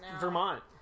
Vermont